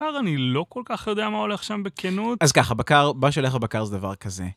בקר, אני לא כל כך יודע מה הולך שם בכנות. אז ככה, בקר, מה שהולך בבקר זה דבר כזה.